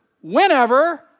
whenever